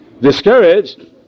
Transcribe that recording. discouraged